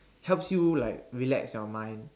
helps you like relax your mind